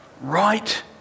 right